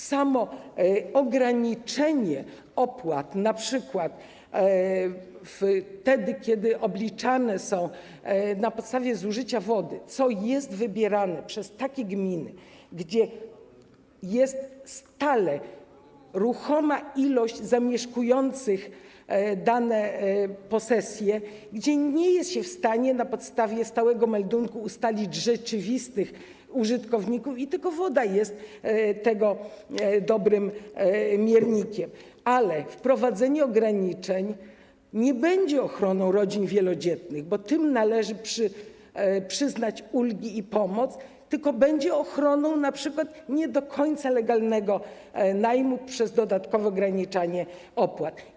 Samo ograniczenie opłat, np. wtedy, kiedy są one obliczane na podstawie zużycia wody, co jest wybierane przez takie gminy, gdzie jest stale ruchoma ilość zamieszkujących dane posesje, gdzie nie jest się w stanie na podstawie stałego meldunku ustalić rzeczywistych użytkowników i tylko woda jest tego dobrym miernikiem, nie będzie ochroną rodzin wielodzietnych, bo tym należy przyznać ulgi i pomoc, tylko będzie ochroną np. nie do końca legalnego najmu przez dodatkowe ograniczanie opłat.